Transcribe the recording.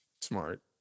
Smart